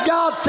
God